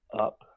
up